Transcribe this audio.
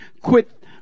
Quit